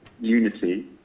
unity